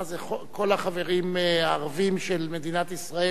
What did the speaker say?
מה זה, כל החברים הערבים של מדינת ישראל,